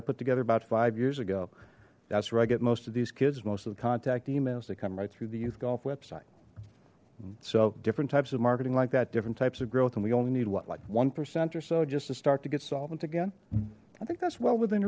i put together about five years ago that's where i get most of these kids most of the contact emails they come right through the youth golf website so different types of marketing like that different types of growth and we only need what like one percent or so just to start to get solvent again i think that's w